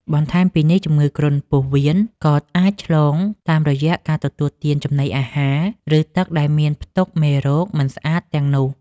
បន្ថែមពីនេះជំងឺគ្រុនពោះវៀនក៏អាចឆ្លងតាមរយៈការទទួលទានចំណីអាហារ ឬទឹកដែលមានផ្ទុកមេរោគមិនស្អាតទាំងនោះ។